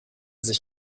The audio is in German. sich